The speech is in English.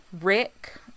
Rick